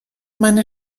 meine